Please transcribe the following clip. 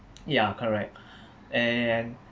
ya correct and